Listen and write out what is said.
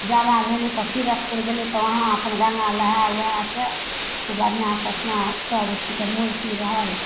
जमा भेली तऽ पीरथपुर गेली तऽ वहाँ अपन गङ्गा नहै धुआके खूब बढ़िआँसँ ओहिठाम सबचीजके मुरती रहल